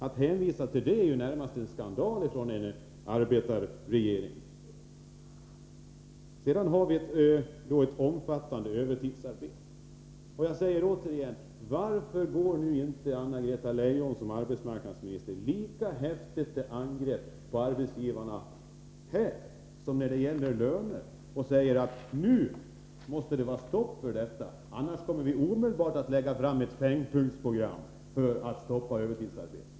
Att från en arbetarregerings sida hänvisa till denna situation är närmast skandal. Vi har ett omfattande övertidsarbete. Så jag frågar igen: Varför går inte Anna-Greta Leijon som arbetsmarknadsminister till lika häftigt angrepp på arbetsgivarna här som när det gäller lönerna och säger att det nu måste bli ett stopp, för annars kommer regeringen omedelbart att lägga fram ett S-punktsprogram för att stoppa övertidsarbetet?